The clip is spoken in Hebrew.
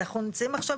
אנחנו נמצאים עכשיו,